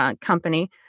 company